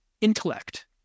intellect